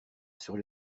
sur